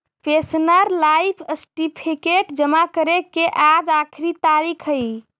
pensioner life certificate जमा करे के आज आखिरी तारीख हइ